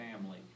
family